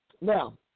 Now